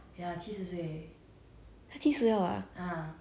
that's quite old already ah like in dog years 是多少